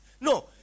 No